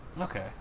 Okay